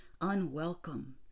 unwelcome